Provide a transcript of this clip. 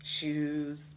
Shoes